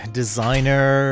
designer